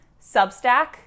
Substack